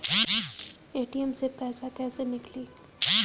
ATM से पइसा कइसे निकली?